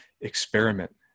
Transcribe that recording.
experiment